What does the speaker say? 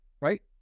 right